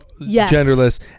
genderless